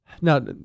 Now